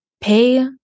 Pay